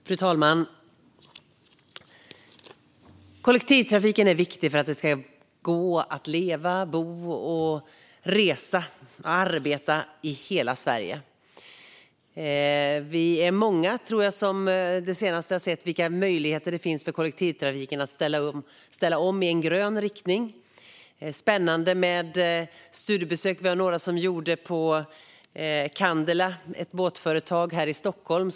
Fru talman! Kollektivtrafiken är viktig för att det ska gå att leva, bo, resa och arbeta i hela Sverige. Jag tror att vi är många som den senaste tiden har sett vilka möjligheter det finns för kollektivtrafiken att ställa om i grön riktning. Vi var några som gjorde ett spännande studiebesök på båtföretaget Candela här i Stockholm.